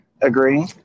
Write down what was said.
Agree